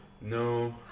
No